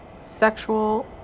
sexual